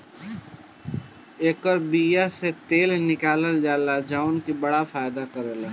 एकर बिया से तेल निकालल जाला जवन की बड़ा फायदा करेला